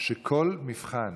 שכל מבחן